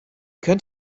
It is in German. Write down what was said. könnt